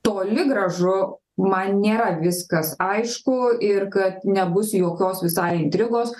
toli gražu man nėra viskas aišku ir kad nebus jokios visai intrigos